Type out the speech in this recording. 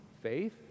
Faith